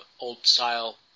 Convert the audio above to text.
old-style